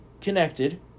connected